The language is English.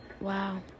Wow